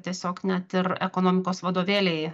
tiesiog net ir ekonomikos vadovėliai